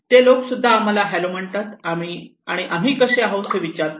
ते लोक सुद्धा आम्हाला हॅलो म्हणतात आणि आम्ही कसे आहोत हे विचारतात